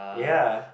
ya